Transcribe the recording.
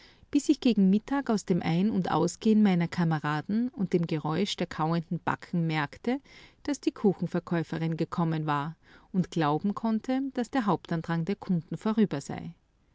bis ich gegen mittag aus dem ein und ausgehen meiner kameraden und dem geräusch der kauenden backen merkte daß die kuchenverkäuferin gekommen war und glauben konnte daß der hauptandrang der kunden vorüber sei